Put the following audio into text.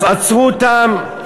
אז עצרו אותם,